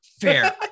fair